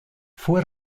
fue